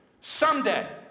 Someday